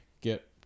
get